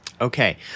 Okay